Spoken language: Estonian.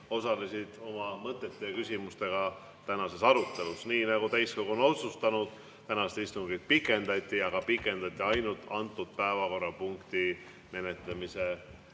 osalesid oma mõtete ja küsimustega tänases arutelus. Nii nagu täiskogu on otsustanud, tänast istungit pikendati, aga pikendati ainult selle päevakorrapunkti menetlemise